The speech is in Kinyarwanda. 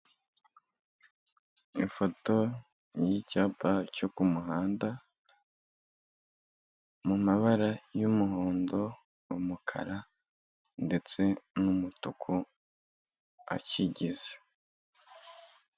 Ifoto y'icyapa cyo ku muhanda, mu mabara y'umuhondo, umukara ndetse n'umutuku akigize.